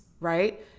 right